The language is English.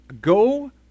go